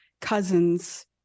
cousins